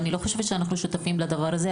אני לא חושבת שאנחנו שותפים לדבר הזה,